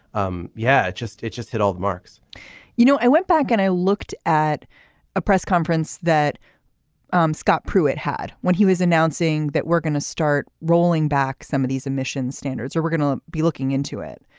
um yeah. just it just hit all the marks marks you know i went back and i looked at a press conference that um scott pruitt had when he was announcing that we're going to start rolling back some of these emission standards or we're going to be looking into it.